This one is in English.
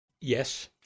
Yes